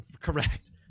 Correct